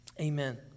Amen